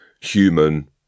human